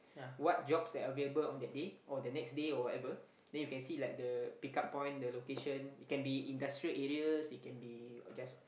what jobs are available on that day or the next day or whatever then you can see like the pickup point the location it can be industrial areas it can be just